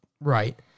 Right